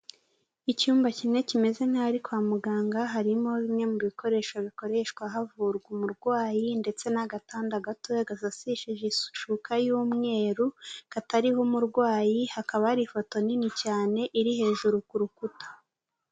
Icyumba kimwe kimeze nk'aho ari kwa muganga harimo bimwe mu bikoresho bikoreshwa havurwa umurwayi, ndetse n'agatanda gatoya gasasishije ishuka y'umweru katariho umurwayi, hakaba hari ifoto nini cyane iri hejuru ku rukuta.